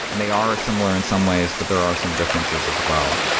and they are similar in some ways. but there are some differences as well.